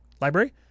library